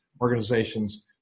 organizations